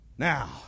Now